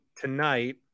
tonight